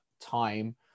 time